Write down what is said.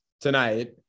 tonight